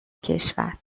کشور